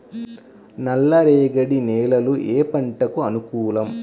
నల్ల రేగడి నేలలు ఏ పంటకు అనుకూలం?